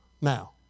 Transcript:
Now